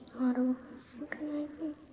Auto-synchronizing